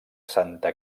santa